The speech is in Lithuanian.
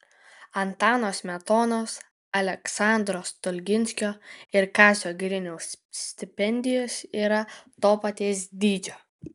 antano smetonos aleksandro stulginskio ir kazio griniaus stipendijos yra to paties dydžio